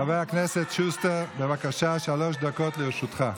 חבר הכנסת שוסטר, בבקשה, שלוש דקות לרשותך.